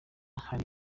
hari